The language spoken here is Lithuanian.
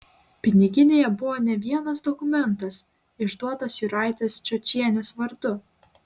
piniginėje buvo ne vienas dokumentas išduotas jūratės čiočienės vardu